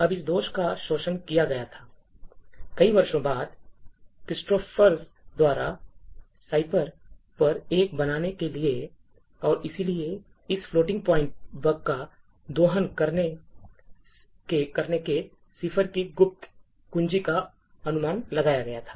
अब इस दोष का शोषण किया गया था कई वर्षों बाद क्रिप्टोग्राफर्स द्वारा साइपर पर कर बनाने के लिए और इसलिए इस फ्लोटिंग पॉइंट बग का दोहन करके सिफर की गुप्त कुंजी का अनुमान लगाया गया था